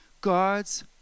God's